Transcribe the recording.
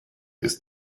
ist